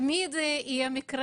תמיד יהיו מקרים